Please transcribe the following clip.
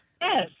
Yes